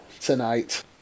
tonight